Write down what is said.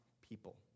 people